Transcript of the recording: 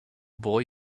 boy